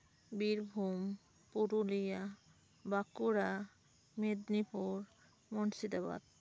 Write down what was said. Birbhum Purulia Bankura Medinipur Murshidabad